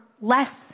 less